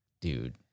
dude